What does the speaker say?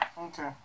Okay